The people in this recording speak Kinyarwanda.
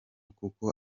kuko